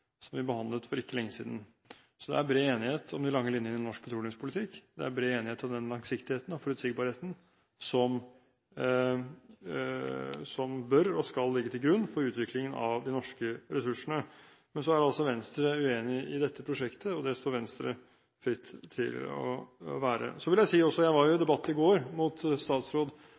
som vi behandlet for ikke lenge siden. Så det er bred enighet om de lange linjene i norsk petroleumspolitikk. Det er bred enighet om langsiktigheten og forutsigbarheten som bør og skal ligge til grunn for utviklingen av de norske ressursene. Men så er Venstre uenig i dette prosjektet, og det står Venstre fritt til å være. Jeg var i en debatt i går med statsråd